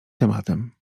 tematem